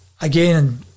again